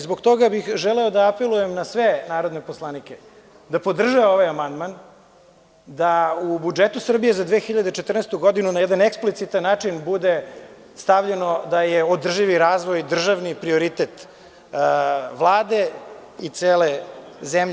Zbog toga bih želeo da apelujem na sve narodne poslanike da podrže ovaj amandman da u budžetu Srbije za 2014. godinu na jedan eksplicitan način bude stavljeno da je održivi razvoj državni prioritet Vlade i cele zemlje.